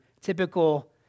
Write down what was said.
typical